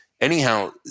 Anyhow